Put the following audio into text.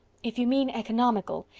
if you mean economical,